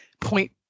point